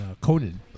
Conan